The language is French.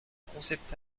concept